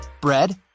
bread